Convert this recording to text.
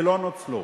שלא נוצלו.